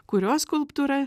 kurio skulptūra